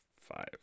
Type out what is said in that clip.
five